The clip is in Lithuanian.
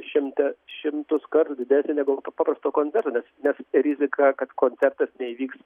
šimtą šimtus kartų didesnė negu pa paprasto koncerto nes nes rizika kad koncertas neįvyks